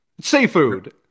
seafood